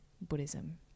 Buddhism